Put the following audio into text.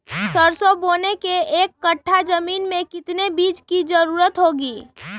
सरसो बोने के एक कट्ठा जमीन में कितने बीज की जरूरत होंगी?